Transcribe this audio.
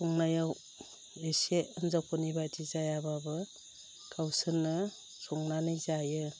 संनायाव इसे हिन्जावफोरनि बायदि जायाबाबो गावसोरनो संनानै जायो